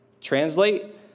translate